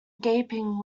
gaping